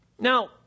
Now